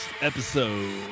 episode